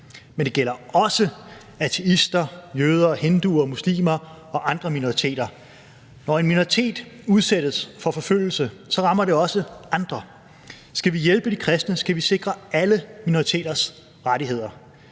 men det gælder også ateister, jøder, hinduer, muslimer og andre minoriteter. Når en minoritet udsættes for forfølgelse, rammer det også andre: Skal vi hjælpe de kristne, skal vi sikre alle minoriteters rettigheder.